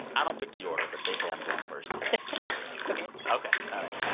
i don't pick the order. but they say i'm going first today ok ok. all right.